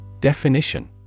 Definition